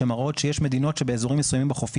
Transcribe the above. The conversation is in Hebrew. שמראות שיש מדינות שבאזורים מסוימים החופים